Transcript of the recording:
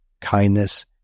kindness